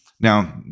Now